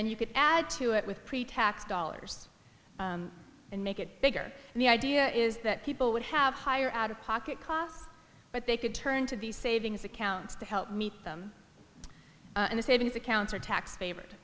then you could add to it with pretax dollars and make it bigger and the idea is that people would have higher out of pocket costs but they could turn to these savings accounts to help meet them in the savings accounts or tax favored